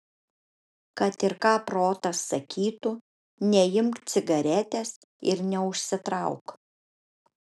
kad ir ką protas sakytų neimk cigaretės ir neužsitrauk